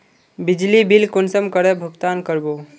बिजली बिल कुंसम करे भुगतान कर बो?